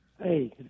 Hey